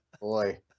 boy